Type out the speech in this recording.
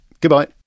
Goodbye